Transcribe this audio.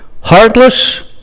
heartless